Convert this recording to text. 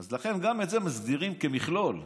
לכן, גם את זה מסדירים כמכלול.